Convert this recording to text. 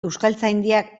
euskaltzaindiak